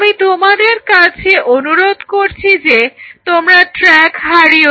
আমি তোমাদের কাছে অনুরোধ করছি যে তোমরা ট্র্যাক হারিও না